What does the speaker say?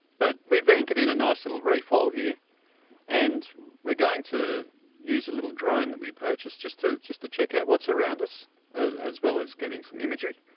but we've anchored in a nice little reef hole here and we're going to use a little drone that we purchased just just to check out what's around us as well as getting some imagery.